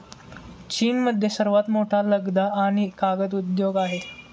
चीनमध्ये सर्वात मोठा लगदा आणि कागद उद्योग आहे